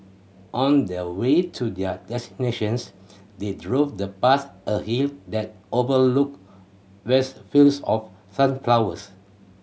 on their way to their destinations they drove the past a hill that overlooked vast fields of sunflowers